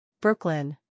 Brooklyn